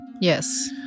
Yes